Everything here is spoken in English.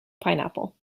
pineapple